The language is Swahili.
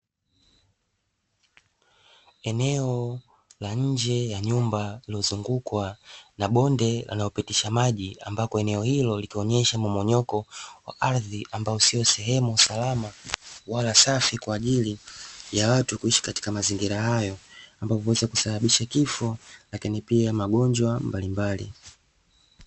Eneo la nje ya nyumba lililozungukwa na bonde anayopitisha maji ambako eneo hilo litaonyesha mmonyoko wa ardhi ambao sio sehemu salama, wala safi kwa ajili ya watu kuishi katika mazingira hayo ambavyo huweza kusababisha kifo lakini pia magonjwa mbalimbali.